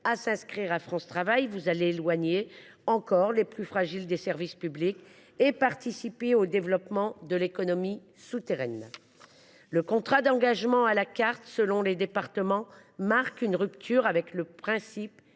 à s’inscrire à France Travail, vous éloignez encore les plus fragiles des services publics et participez au développement de l’économie souterraine. Le contrat d’engagement à la carte selon les départements marque une rupture avec le principe